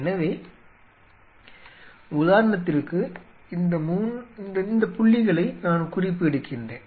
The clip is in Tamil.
எனவே உதாரணத்திற்கு எனவே இந்த புள்ளிகளை நான் குறிப்பு எடுக்கின்றேன்